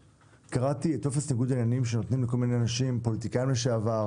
קראתי את טופס ניגוד העניינים שנותנים לפוליטיקאים לשעבר,